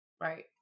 Right